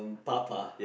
papa